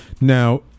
Now